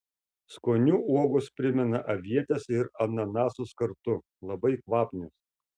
skoniu uogos primena avietes ir ananasus kartu labai kvapnios